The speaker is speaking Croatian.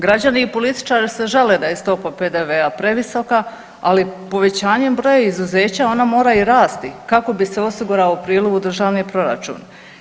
Građani i političari se žale da je stopa PDV-a previsoka, ali povećanjem broja izuzeća ona mora i rasti kako bi se osigurao prihod u državni proračun.